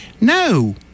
no